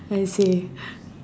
I see